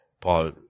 Paul